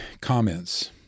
comments